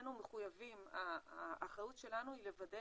מבחינתנו מחויבים, האחריות שלנו היא לוודא